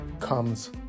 comes